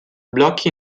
blocchi